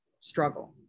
struggle